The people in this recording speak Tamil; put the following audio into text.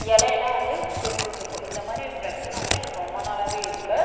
இலையெல்லாம் வந்து சுருண்டுட்ருக்கும் இந்த மாதிரி பிரச்சின வந்து எங்களுக்கு ரொம்ப நாளாகவே இருக்குது